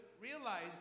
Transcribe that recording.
realize